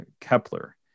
Kepler